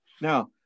Now